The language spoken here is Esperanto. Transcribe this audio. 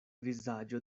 vizaĝo